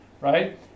right